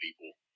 people